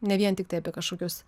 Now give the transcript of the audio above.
ne vien tiktai apie kažkokius